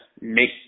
make